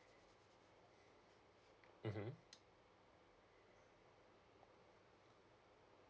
mmhmm